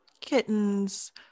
kittens